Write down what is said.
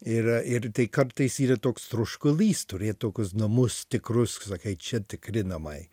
ir ir tai kartais yra toks troškulys turėt tokius namus tikrus sakai čia tikri namai